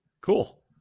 cool